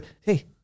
hey